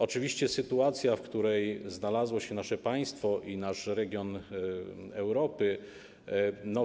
Oczywiście sytuacja, w której znalazło się nasze państwo i nasz region Europy